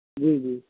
جی جی